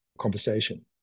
conversation